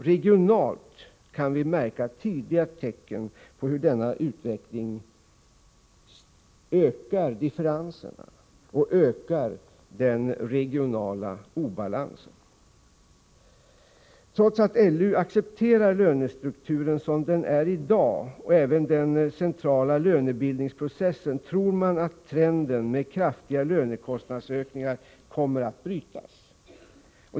Regionalt kan vi märka tydliga tecken på hur denna utveckling ökar differenserna och ökar den regionala obalansen. Trots att långtidsutredningen accepterar lönestrukturen sådan den är i dag och även den centrala lönebildningsprocessen, tror man att trenden med kraftiga lönekostnadsökningar kommer att brytas.